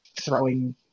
throwing